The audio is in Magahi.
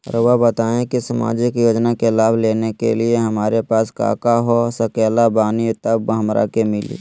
रहुआ बताएं कि सामाजिक योजना के लाभ लेने के लिए हमारे पास काका हो सकल बानी तब हमरा के मिली?